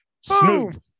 Smooth